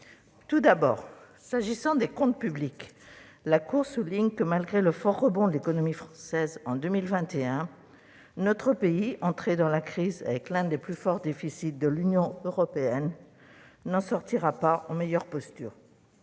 Tout d'abord, s'agissant des comptes publics, la Cour souligne que, malgré le fort rebond de l'économie française en 2021, notre pays, entré dans la crise avec l'un des plus forts déficits de l'Union européenne, n'en sortira pas en meilleure posture.